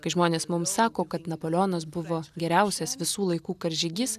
kai žmonės mums sako kad napoleonas buvo geriausias visų laikų karžygys